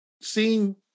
seeing